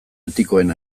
etikoen